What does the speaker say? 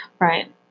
Right